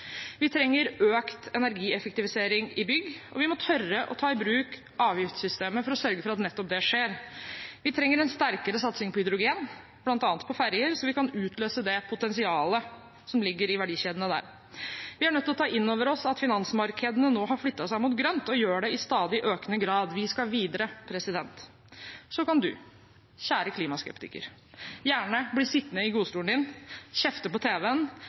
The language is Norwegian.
Vi trenger økt energieffektivisering i bygg, og vi må tørre å ta i bruk avgiftssystemet for å sørge for at nettopp det skjer. Vi trenger en sterkere satsing på hydrogen, bl.a. på ferjer, så vi kan utløse det potensialet som ligger i verdikjedene der. Vi er nødt til å ta inn over oss at finansmarkedene nå har flyttet seg mot grønt – og gjør det i stadig økende grad. Vi skal videre. Så kan du, kjære klimaskeptiker, gjerne bli sittende i godstolen din og kjefte på